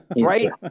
right